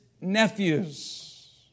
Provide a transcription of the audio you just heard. nephews